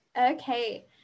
Okay